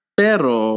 pero